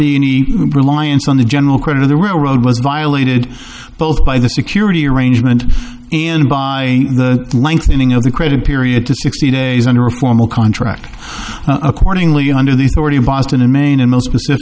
be any reliance on the general credit of the railroad was violated both by the security arrangement and by the lengthening of the credit period to sixty days under a formal contract accordingly under the authority of boston in maine in most of the